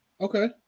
okay